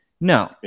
No